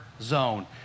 zone